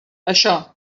això